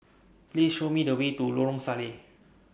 Please Show Me The Way to Lorong Salleh